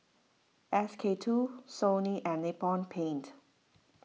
S K two Sony and Nippon Paint